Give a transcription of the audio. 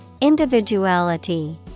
Individuality